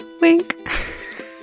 Wink